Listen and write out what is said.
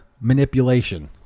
manipulation